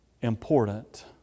important